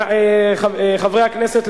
חברי הכנסת,